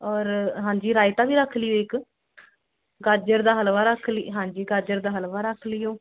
ਔਰ ਹਾਂਜੀ ਰਾਇਤਾ ਵੀ ਰੱਖ ਲੀਓ ਇੱਕ ਗਾਜਰ ਦਾ ਹਲਵਾ ਰੱਖ ਲੀ ਹਾਂਜੀ ਗਾਜਰ ਦਾ ਹਲਵਾ ਰੱਖ ਲੀਓ